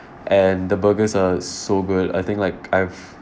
and the burgers are so good I think like I've